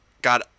got